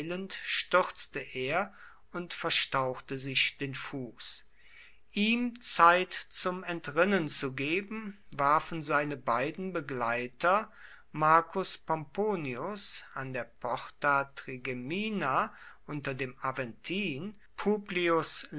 stürzte er und verstauchte sich den fuß ihm zeit zum entrinnen zu geben warfen seine beiden begleiter marcus pomponius an der porta trigemina unter dem aventin